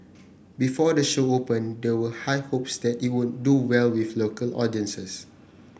before the show opened there were high hopes that it would do well with local audiences